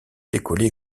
décoller